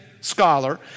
scholar